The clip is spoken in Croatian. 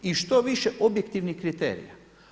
I što više objektivnih kriterija.